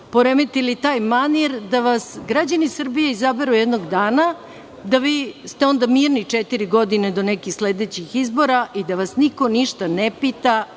poremetili taj manir da vas građani Srbije izaberu jednog dana, da ste vi onda mirni četiri godine do nekih sledećih izbora i da vas niko ništa ne pita